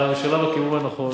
אבל הממשלה בכיוון הנכון.